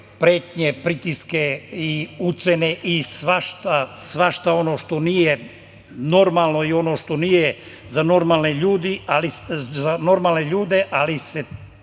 pretnje, pritiske, ucene i svašta ono što nije normalno i ono što nije za normalne ljude, ali se